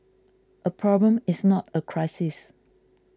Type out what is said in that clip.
a problem is not a crisis